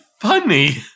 funny